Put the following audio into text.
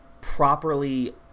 properly